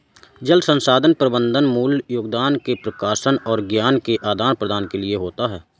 जल संसाधन प्रबंधन मूल योगदान के प्रकाशन और ज्ञान के आदान प्रदान के लिए होता है